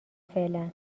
فعلا